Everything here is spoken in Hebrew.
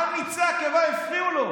מה מיצי הקיבה הפריעו לו?